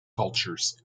cultures